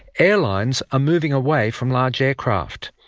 airlines are moving away from large aircraft.